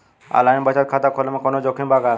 Online बचत खाता खोले में कवनो जोखिम बा का?